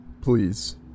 please